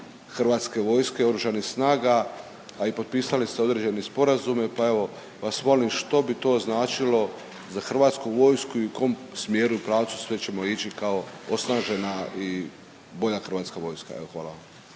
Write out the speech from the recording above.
opremanje HV-a, Oružanih snaga, a i potpisali ste određeni sporazume, pa evo vas molim što bi to značilo za HV i u kom smjeru i pravcu sve ćemo ići kao osnažena i bolja HV-a? Evo hvala